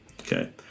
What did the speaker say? Okay